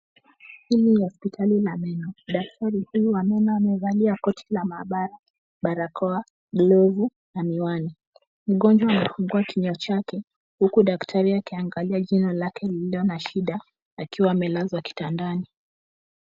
Hii ni hospitali la meno. Daktari huyu wa meno amevalia koti la mabara, barakoa, glovu, na miwani. Mgonjwa amefungua kinywa chake, huku daktari akiangalia jino lake lililo na shida akiwa amelazwa kitandani.